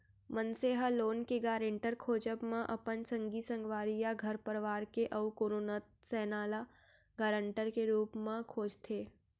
मनसे ह लोन के गारेंटर खोजब म अपन संगी संगवारी या घर परवार के अउ कोनो नत सैना ल गारंटर के रुप म खोजथे